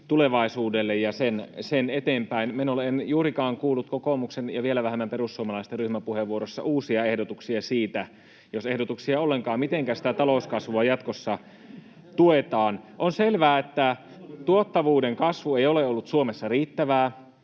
tulevaisuudelle ja sen eteenpäinmenolle. En juurikaan kuullut kokoomuksen ja vielä vähemmän perussuomalaisten ryhmäpuheenvuorossa uusia ehdotuksia, jos ehdotuksia ollenkaan, siitä, mitenkä sitä talouskasvua jatkossa tuetaan. On selvää, että tuottavuuden kasvu ei ole ollut Suomessa riittävää,